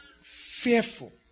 fearful